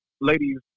ladies